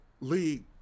league